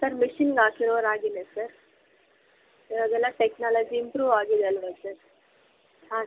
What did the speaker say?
sir ಮೆಷಿನ್ಗೆ ಹಾಕಿರೊ ರಾಗಿನೇ ಸರ್ ಈವಾಗೆಲ್ಲ ಟೆಕ್ನಾಲಜಿ ಇಂಪ್ರೂವ್ ಆಗಿದೆ ಅಲ್ವಾ ಸರ್ ಹಾಂ ಸರ್